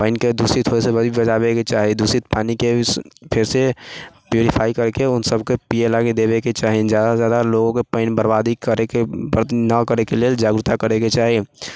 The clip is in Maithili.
पानिके दूषित होइसँ बचाबैके चाही दूषित पानिके भी फेरसँ प्युरिफाइ करिके उन सभके पीयै लागि देबैके चाही जादासँ जादा लोग पानि बरबादी करैके न करैके लेल जागरुकता करैके चाही